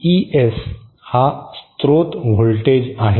ES हा स्त्रोत voltage आहे